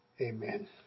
Amen